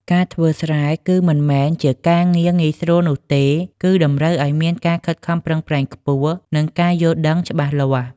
ការធ្វើស្រែគឺមិនមែនជាការងារងាយស្រួលនោះទេ គឺតម្រូវឱ្យមានការខិតខំប្រឹងប្រែងខ្ពស់និងការយល់ដឹងច្បាស់លាស់។